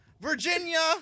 Virginia